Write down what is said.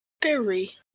berry